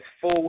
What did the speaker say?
full